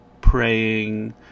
praying